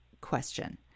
question